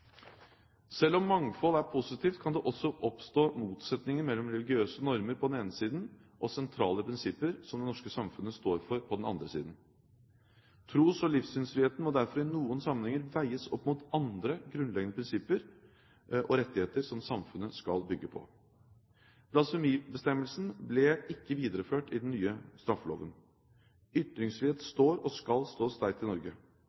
Selv om mangfold er positivt, kan det også oppstå motsetninger mellom religiøse normer på den ene siden og sentrale prinsipper som det norske samfunnet står for på den andre siden. Tros- og livssynsfriheten må derfor i noen sammenhenger veies opp mot andre grunnleggende rettigheter og prinsipper som samfunnet skal bygge på. Blasfemibestemmelsen ble ikke videreført i den nye straffeloven. Ytringsfrihet står, og skal stå, sterkt i Norge.